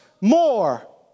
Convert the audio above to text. more